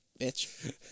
Bitch